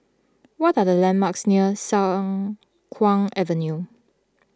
what are the landmarks near Siang Kuang Avenue